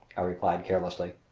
i replied carelessly.